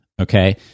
Okay